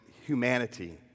humanity